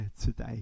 today